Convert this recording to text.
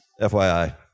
FYI